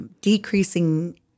decreasing